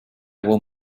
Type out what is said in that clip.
will